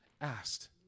asked